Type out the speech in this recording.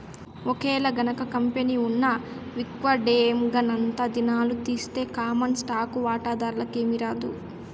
ఒకేలగనక కంపెనీ ఉన్న విక్వడేంగనంతా దినాలు తీస్తె కామన్ స్టాకు వాటాదార్లకి ఏమీరాదు